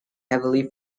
heavily